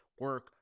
Work